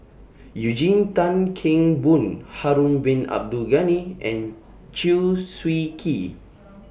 Eugene Tan Kheng Boon Harun Bin Abdul Ghani and Chew Swee Kee